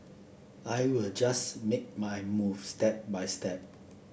I will just make my move step by step